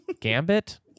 Gambit